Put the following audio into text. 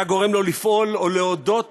היה גורם לו לפעול או להודות